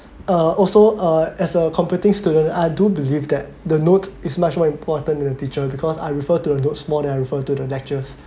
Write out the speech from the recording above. uh also uh as a computing student I do believe that the note is much more important than a teacher because I refer to the notes more than I refer to the lectures